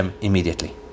immediately